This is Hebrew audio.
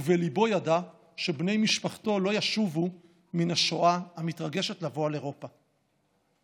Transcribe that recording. ובליבו ידע שבני משפחתו לא ישובו מן השואה המתרגשת לבוא על אירופה.